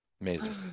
Amazing